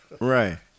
Right